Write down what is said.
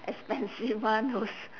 expensive one those